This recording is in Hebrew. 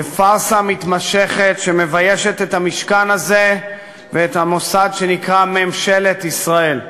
בפארסה מתמשכת שמביישת את המשכן הזה ואת המוסד שנקרא ממשלת ישראל.